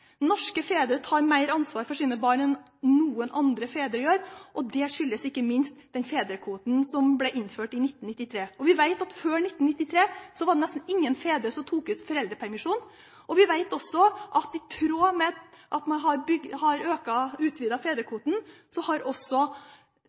Norske fedre tar mer ansvar for sine barn enn noen andre fedre gjør, og det skyldes ikke minst den fedrekvoten som ble innført i 1993. Vi vet at før 1993 var det nesten ingen fedre som tok ut foreldrepermisjon. Vi vet også at i tråd med at man har utvidet fedrekvoten, har